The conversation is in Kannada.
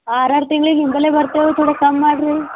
ಆರು ಆರು ತಿಂಗ್ಳಿಗೆ ನಿಮ್ಮಲ್ಲೆ ಬರ್ತೇವೆ ತೋಡೆ ಕಮ್ ಮಾಡ್ರಿ